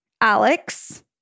Alex